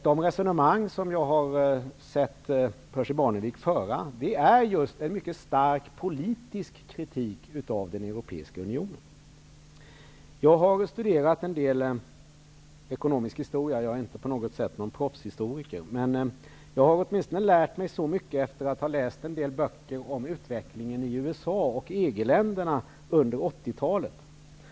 De resonemang som jag hört Percy Barnevik föra innebär en mycket stark politisk kritik mot den europeiska unionen. Jag har studerat en del ekonomisk historia. Jag är inte någon proffshistoriker, men jag har åtminstone lärt mig mycket efter att ha läst en del böcker om utvecklingen i USA och EG-länderna under 1980 talet.